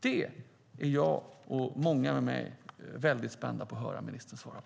Det är jag och många med mig väldigt spända på att höra ministern svara på.